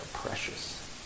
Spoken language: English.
precious